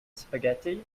spaghetti